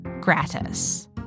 gratis